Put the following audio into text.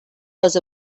was